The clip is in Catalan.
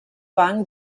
banc